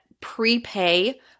prepay